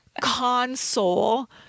Console